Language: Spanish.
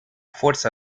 fuerza